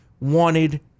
wanted